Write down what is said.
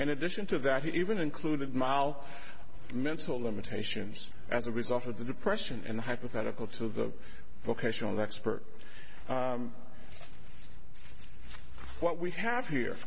in addition to that he even included mile mental limitations as a result of the depression in the hypothetical to the vocational expert what we have here